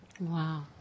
Wow